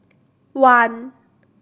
one